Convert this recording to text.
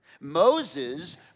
Moses